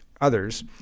others